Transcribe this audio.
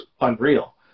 unreal